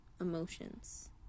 emotions